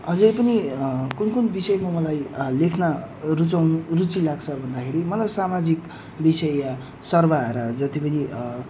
अझ पनि कुन कुन विषयमा मलाई लेख्न रुचाउनु रुचि लाग्छ भन्दाखेरि मलाई सामाजिक विषय सर्वहारा जति पनि